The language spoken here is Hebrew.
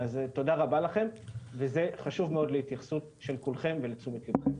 וזה דבר חשוב מאוד להתייחסות של כולכם ולתשומת לבכם.